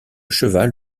cheval